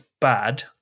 bad